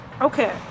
Okay